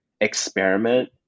experiment